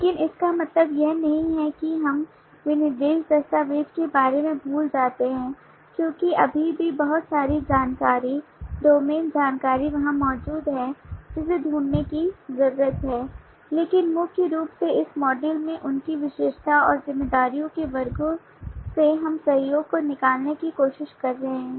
लेकिन इसका मतलब यह नहीं है कि हम विनिर्देश दस्तावेज के बारे में भूल जाते हैं क्योंकि अभी भी बहुत सारी जानकारी डोमेन जानकारी वहां मौजूद है जिसे ढूंढने की जरूरत है लेकिन मुख्य रूप से इस मॉड्यूल में उनकी विशेषता और जिम्मेदारियों के वर्गों से हम सहयोग को निकालने की कोशिश कर रहे हैं